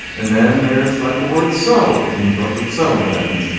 and then there's like the word so that means roughly so in japanese.